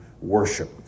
worship